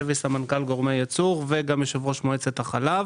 אני סמנכ"ל גורמי ייצור וגם יו"ר מועצת החלב